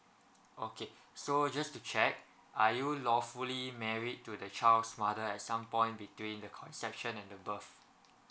okay so just to check are you lawfully married to the child's mother at some point between the conception and above